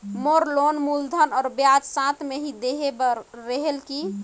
मोर loan मूलधन और ब्याज साथ मे ही देहे बार रेहेल की?